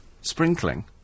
Sprinkling